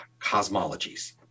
cosmologies